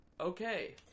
okay